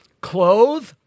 clothe